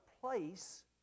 place